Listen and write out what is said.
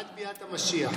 עד ביאת המשיח.